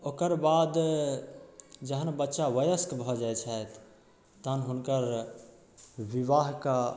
ओकर बाद जहन बच्चा वयस्क भऽ जाइ छथि तहन हुनकर विवाहक